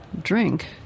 Drink